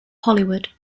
hollywood